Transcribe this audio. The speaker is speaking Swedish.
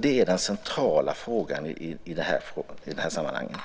Det är den centrala frågan i det här sammanhanget.